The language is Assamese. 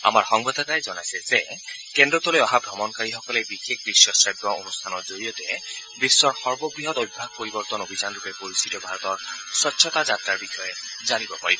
আমাৰ সংবাদদাতাই জনাইছে যে কেন্দ্ৰটোলৈ অহা ভ্ৰমণকাৰীসকলে বিশেষ দৃশ্য শ্ৰাব্য অনুষ্ঠানৰ জৰিয়তে বিশ্বৰ সৰ্ববৃহৎ অভ্যাস পৰিৱৰ্তন অভিযানৰূপে পৰিচিত ভাৰতৰ স্বচ্ছতা যাত্ৰাৰ বিষয়ে জানিব পাৰিব